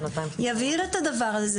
יבהיר את הדבר הזה,